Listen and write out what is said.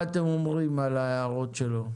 מה אתם אומרים על ההערות שלו?